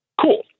Cool